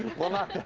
well, not.